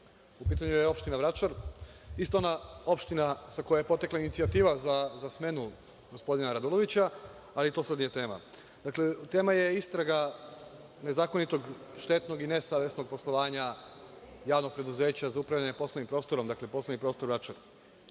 U pitanju je opština Vračar, sta ona opština sa koje je potekla inicijativa za smenu gospodina Radulovića, ali to sada nije tema. Dakle, tema je istraga nezakonitog, štetnog i nesavesnog poslovanja Javnog preduzeća za upravljanje poslovnim prostorom, dakle poslovni prostor Vračar. Dobio